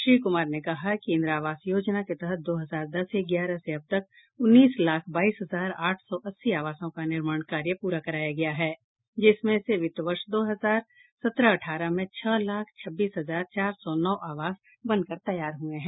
श्री कुमार ने कहा कि इंदिरा आवास योजना के तहत दो हजार दस ग्यारह से अबतक उन्नीस लाख बाईस हजार आठ सौ अस्सी आवासों का निर्माण कार्य प्रा कराया गया है जिसमें से वित्त वर्ष दो हजार सत्रह अठारह में छह लाख छब्बीस हजार चार सौ नौ आवास बनकर तैयार हुए हैं